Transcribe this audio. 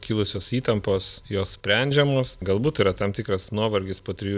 kilusios įtampos jos sprendžiamos galbūt yra tam tikras nuovargis po trijų